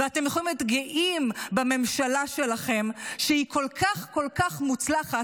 ואתם יכולים להיות גאים בממשלה שלכם שהיא כל כך כל כך מוצלחת,